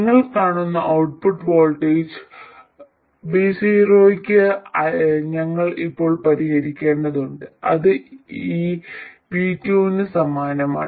നിങ്ങൾ കാണുന്ന output voltage Vo യ്ക്ക് ഞങ്ങൾ ഇപ്പോൾ പരിഹരിക്കേണ്ടതുണ്ട് അത് ഈ V2 ന് സമാനമാണ്